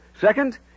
Second